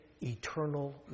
eternal